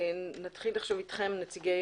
נציגי